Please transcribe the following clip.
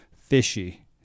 fishy